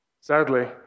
sadly